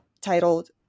titled